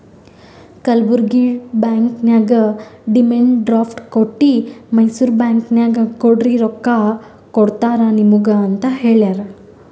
Kalburgi bank ನಾಗ್ demand draft ಕೊಟ್ಟಿ Mysore bank ನಾಗ್ ಕೊಡ್ರಿ ರೊಕ್ಕಾ ಕೊಡ್ತಾರ ನಿಮುಗ ಅಂತ್ ಹೇಳ್ಯಾರ್